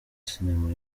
cinema